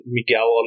Miguel